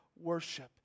worship